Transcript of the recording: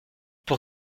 pour